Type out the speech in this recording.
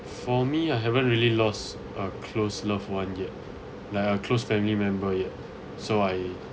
for me I haven't really lost a close loved one yet like a close family member yet so I